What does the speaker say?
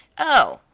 oh,